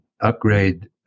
upgrade